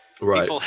Right